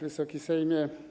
Wysoki Sejmie!